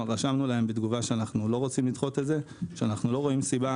רשמנו להם בתגובה שאנחנו לא רוצים לדחות את זה ושאנחנו לא רואים סיבה